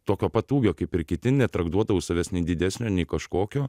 tokio pat ūgio kaip ir kiti netraktuodavau savęs nei didesnio nei kažkokio